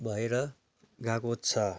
भएर गएको छ